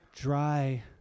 Dry